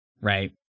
Right